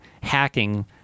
hacking